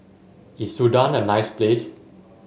is Sudan a nice place